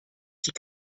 die